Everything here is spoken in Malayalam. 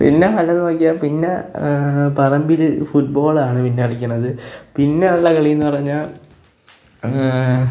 പിന്നെ നല്ലത് നോക്കിയാൽ പിന്നെ പറമ്പിൽ ഫുട്ബോളാണ് പിന്നെ കളിക്കുന്നത് പിന്നെയുള്ള കളി എന്ന് പറഞ്ഞാൽ